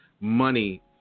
money